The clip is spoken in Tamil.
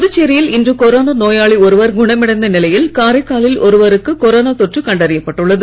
புதுச்சேரியில் கொரோனா நோயாளி இன்று ஒருவர் குணமடைந்த நிலையில் காரைக்காலில் ஒருவருக்கு கொரோனா தொற்று கண்டறியப் பட்டுள்ளது